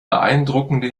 beeindruckende